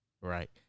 Right